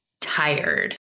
tired